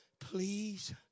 please